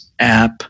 app